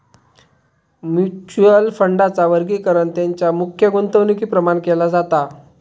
mutual फंडांचा वर्गीकरण तेंच्या मुख्य गुंतवणुकीप्रमाण केला जाता